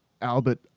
Albert